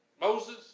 Moses